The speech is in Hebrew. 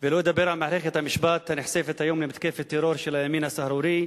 ולא אדבר על מערכת המשפט הנחשפת היום למתקפת טרור של הימין הסהרורי,